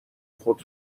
خود